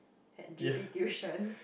had g_p tuition